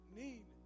need